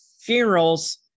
funerals